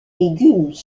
légumes